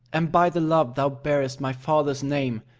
and by the love thou bearest my father's name,